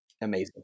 Amazing